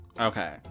Okay